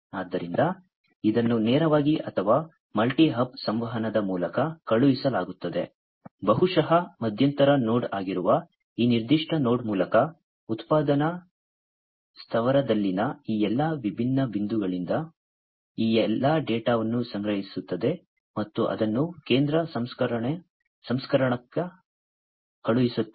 ಆದ್ದರಿಂದ ಇದನ್ನು ನೇರವಾಗಿ ಅಥವಾ ಮಲ್ಟಿ ಹಬ್ ಸಂವಹನದ ಮೂಲಕ ಕಳುಹಿಸಲಾಗುವುದು ಬಹುಶಃ ಮಧ್ಯಂತರ ನೋಡ್ ಆಗಿರುವ ಈ ನಿರ್ದಿಷ್ಟ ನೋಡ್ ಮೂಲಕ ಉತ್ಪಾದನಾ ಸ್ಥಾವರದಲ್ಲಿನ ಈ ಎಲ್ಲಾ ವಿಭಿನ್ನ ಬಿಂದುಗಳಿಂದ ಈ ಎಲ್ಲಾ ಡೇಟಾವನ್ನು ಸಂಗ್ರಹಿಸುತ್ತದೆ ಮತ್ತು ಅದನ್ನು ಕೇಂದ್ರ ಸಂಸ್ಕಾರಕ ಕಳುಹಿಸುತ್ತದೆ